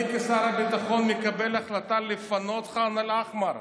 אני כשר הביטחון מקבל החלטה לפנות את ח'אן אל-אחמר,